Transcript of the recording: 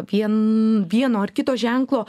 vien vieno ar kito ženklo